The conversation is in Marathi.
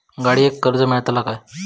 गाडयेक कर्ज मेलतला काय?